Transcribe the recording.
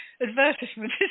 advertisement